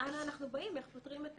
אבל אנחנו באים, איך פותרים את